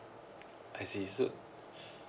I see so